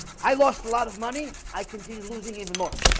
i lost a lot of money. i continue losing anymore